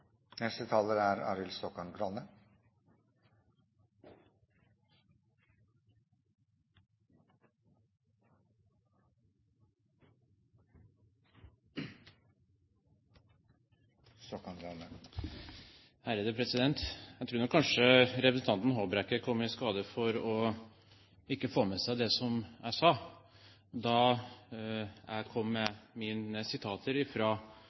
Jeg tror nok representanten Håbrekke kom i skade for ikke å få med seg det jeg sa, da jeg kom med mine sitater